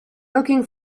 looking